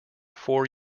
four